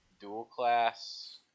dual-class